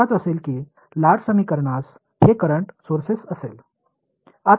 ஆனால் வேறுபாடு என்னவென்றால் அலை சமன்பாடு மின்சார ஆதாரங்களைக் கொண்டிருக்கும்